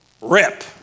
Rip